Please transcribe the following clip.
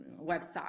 website